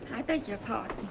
i beg your pardon.